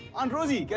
aunt rosy.